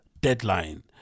deadline